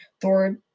thor